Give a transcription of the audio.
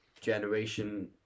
generation